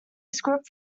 script